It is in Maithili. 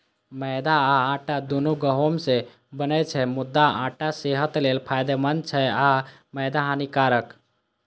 मैदा आ आटा, दुनू गहूम सं बनै छै, मुदा आटा सेहत लेल फायदेमंद छै आ मैदा हानिकारक